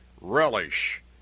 relish